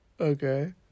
Okay